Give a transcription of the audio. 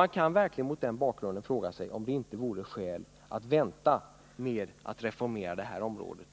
Man kan verkligen mot den bakgrunden undra om det inte vore skäl att vänta ett tag till med att reformera det här området.